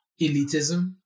elitism